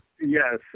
Yes